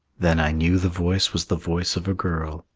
then i knew the voice was the voice of a girl,